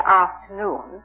afternoon